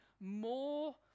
more